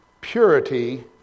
purity